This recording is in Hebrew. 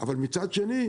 אבל מצד שני,